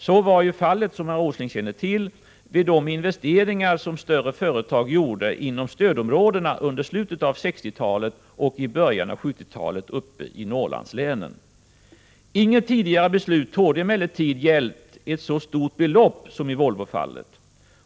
Så var fallet, som herr Åsling känner till, vid de investeringar som större företag gjorde inom stödområdena i slutet av 1960-talet och i början av 1970-talet uppe i Norrlandslänen. Inget tidigare beslut torde emellertid ha gällt så stort belopp som i Volvofallet.